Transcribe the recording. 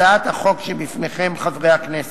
הצעת החוק שלפניכם, חברי הכנסת,